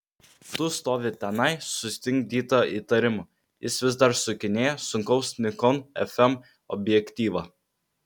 tu stovi tenai sustingdyta įtarimų jis vis dar sukinėja sunkaus nikon fm objektyvą